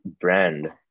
brand